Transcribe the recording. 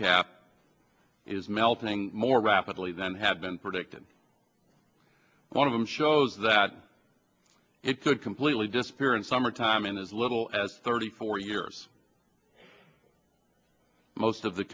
cap is melting more rapidly than had been predicted one of them shows that it could completely disappear in summer time in as little as thirty four years most of the